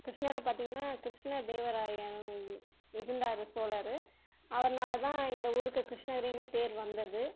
கிருஷ்ணகிரியில் பார்த்திங்ன்னா கிருஷ்ண தேவராயன் இருந்தார் சோழர் அவர்னால் தான் இந்த ஊருக்கு கிருஷ்ணகிரினே பேர் வந்தது